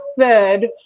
third